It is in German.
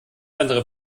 andere